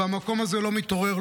והמקום הזה לא מתעורר,